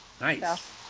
Nice